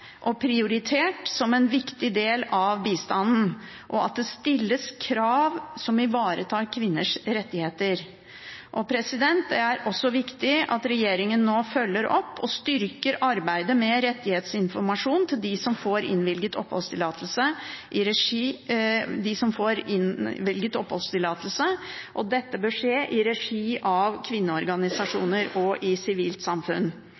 og prioritert som en viktig del av bistanden, og at det stilles krav som ivaretar kvinners rettigheter. Det er også viktig at regjeringen nå følger opp og styrker arbeidet med rettighetsinformasjon til dem som får innvilget oppholdstillatelse, og dette bør skje i regi av kvinneorganisasjoner og i sivilt samfunn.